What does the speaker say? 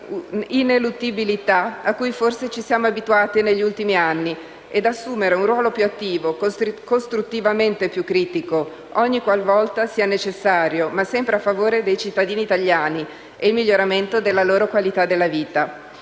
di ineluttabilità, a cui forse ci siamo abituati negli ultimi anni, e assumere un ruolo più attivo, costruttivamente più critico ogniqualvolta sia necessario, ma sempre a favore dei cittadini italiani e del miglioramento della loro qualità della vita.